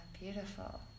beautiful